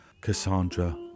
Cassandra